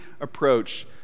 approach